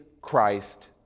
Christ